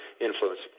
influence